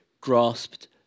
grasped